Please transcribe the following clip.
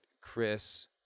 Chris